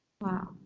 wow